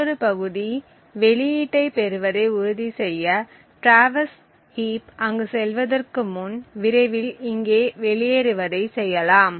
மற்றொரு பகுதி வெளியீட்டைப் பெறுவதை உறுதிசெய்ய டிராவர்ஸ் ஹீப் அங்கு செல்வதற்கு முன் விரைவில் இங்கே வெளியேறுவதை செய்யலாம்